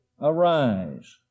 arise